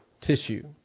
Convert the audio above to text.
tissue